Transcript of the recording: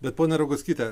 bet ponia roguckyte